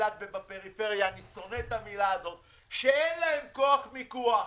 באילת ובפריפריה אני שונא את המילה הזאת שאין להם כוח מיקוח,